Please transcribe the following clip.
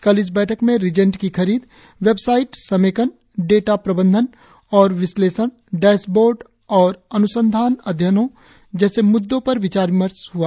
कल इस बैठक में रीजेंट की खरीद वेबसाइट समेकन डेटा प्रबंधन और विश्लेषण डैशबोर्ड और अन्संधान अध्ययनों जैसे म्द्दों पर व्यापक विचार विमर्श हआ